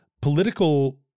political